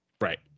Right